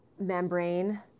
membrane